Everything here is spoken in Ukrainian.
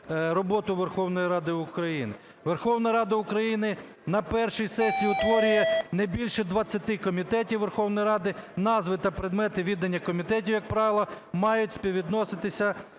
Верховна Рада України на першій сесії утворює не більше 20 комітетів Верховної Ради, назви та предмети відання комітетів, як правило, мають співвідноситися,